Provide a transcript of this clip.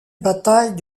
bataille